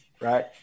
Right